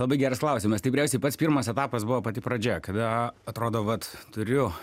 labai geras klausimas tikriausiai pats pirmas etapas buvo pati pradžia kada atrodo vat turiu